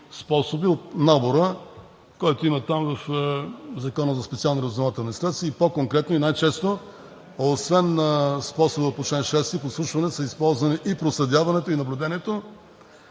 способи от набора, който има в Закона за специалните разузнавателни средства, и по-конкретно, и най-често, освен способа по чл. 6 – подслушване, са използвани и проследяването и наблюдението.